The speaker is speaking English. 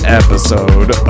episode